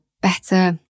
better